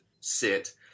sit